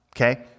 okay